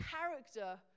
character